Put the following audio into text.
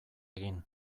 egin